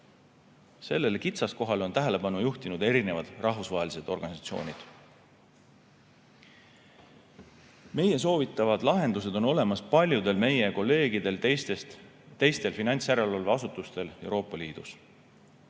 Sellele kitsaskohale on tähelepanu juhtinud erinevad rahvusvahelised organisatsioonid. Meie soovitavad lahendused on olemas paljudel meie kolleegidel, teistel finantsjärelevalveasutustel Euroopa Liidus.